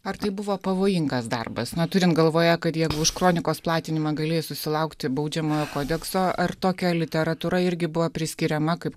ar tai buvo pavojingas darbas na turint galvoje kad jeigu už kronikos platinimą galėjai susilaukti baudžiamojo kodekso ar tokia literatūra irgi buvo priskiriama kaip